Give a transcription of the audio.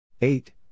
eight